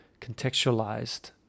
contextualized